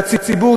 שהציבור,